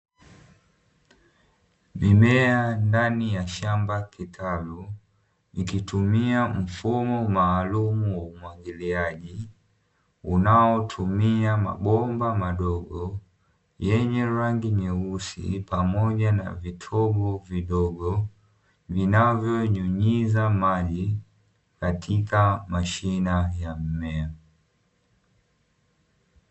Mimea ndani ya shamba kitalu, ikitumia mfumo maalumu ya umwagiliaji, unaotumia mabomba madogo yenye rangi nyeusi pamoja na vitobo vidogo, vinavyonyunyiza maji katika mashina ya mmea.